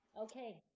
Okay